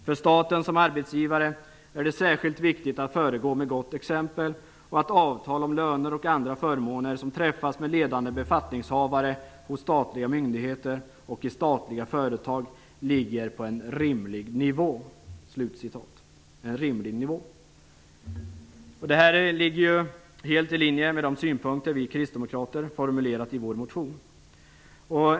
För staten som arbetsgivare är det särskilt viktigt att föregå med gott exempel och att avtal om löner och andra förmåner som träffas med ledande befattningshavare hos statliga myndigheter och i statliga företag ligger på en rimligt nivå." Detta ligger helt i linje med de synpunkter vi kristdemokrater har formulerat i vår motion.